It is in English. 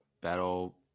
battle